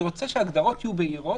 אני רוצה שההגדרות יהיו בהירות.